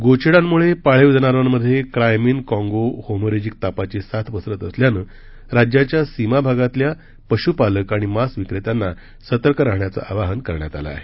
गोचिडांमुळे पाळीव जनावरांमध्ये क्रायमिन काँगो हेमोरेजिक तापाची साथ पसरत असल्यानं राज्याच्या सीमा भागातल्या पशुपालक आणि मांस विक्रेत्यांना सतर्क राहाण्याचं अवाहन करण्यात आलं आहे